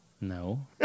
No